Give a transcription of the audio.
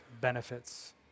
benefits